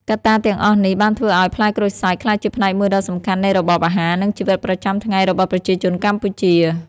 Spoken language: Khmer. កត្តាទាំងអស់នេះបានធ្វើឲ្យផ្លែក្រូចសើចក្លាយជាផ្នែកមួយដ៏សំខាន់នៃរបបអាហារ និងជីវិតប្រចាំថ្ងៃរបស់ប្រជាជនកម្ពុជា។